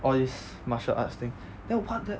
all these martial arts thing then like what the